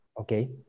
Okay